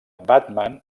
batman